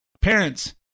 Parents